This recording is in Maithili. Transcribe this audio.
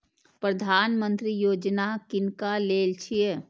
प्रधानमंत्री यौजना किनका लेल छिए?